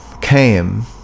came